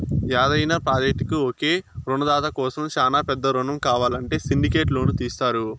యాదైన ప్రాజెక్టుకు ఒకే రునదాత కోసరం శానా పెద్ద రునం కావాలంటే సిండికేట్ లోను తీస్తారు